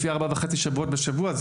לפי ארבעה וחצי שבועות בשבוע,